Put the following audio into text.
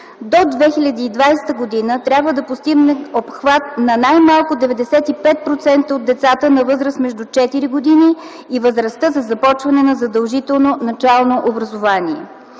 До 2020 г. трябва да постигнем обхват на най-малко 95% от децата на възраст между 4 години и възрастта за започване на задължително начално образование.